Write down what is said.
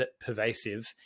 pervasive